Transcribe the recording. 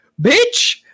bitch